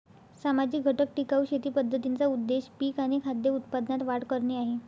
सामाजिक घटक टिकाऊ शेती पद्धतींचा उद्देश पिक आणि खाद्य उत्पादनात वाढ करणे आहे